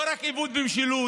לא רק איבוד משילות,